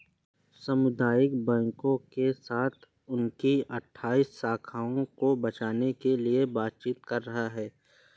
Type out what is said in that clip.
सामुदायिक बैंकों के साथ उनकी अठ्ठाइस शाखाओं को बेचने के लिए बातचीत कर रहा है